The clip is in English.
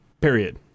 Period